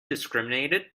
discriminated